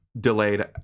delayed